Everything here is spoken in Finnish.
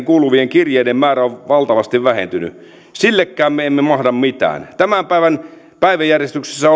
kuuluvien kirjeiden määrä on vähentynyt ja sillekään me emme mahda mitään tämän päivän päiväjärjestyksessä